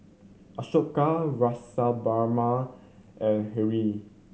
Ashoka Rasipuram and Hri